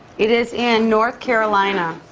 it is in north carolina.